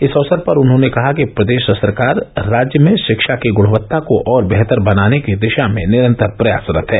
इस अवसर पर उन्होंने कहा कि प्रदेश सरकार राज्य में शिक्षा की गुणवत्ता को और बेहतर बनाने की दिशा में निरन्तर प्रयासरत है